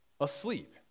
asleep